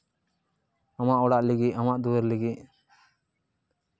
ᱟᱢᱟᱜ ᱚᱲᱟᱜ ᱞᱟᱹᱜᱤᱫ ᱟᱢᱟᱜ ᱫᱩᱣᱟᱹᱨ ᱞᱟᱹᱜᱤᱫ